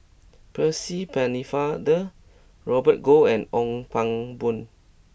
Percy Pennefather Robert Goh and Ong Pang Boon